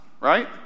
right